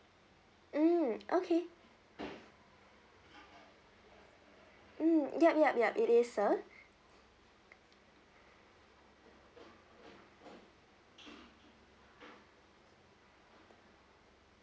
mm okay mm ya ya ya it is sir